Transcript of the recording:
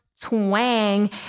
twang